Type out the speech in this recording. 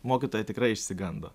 mokytoja tikrai išsigando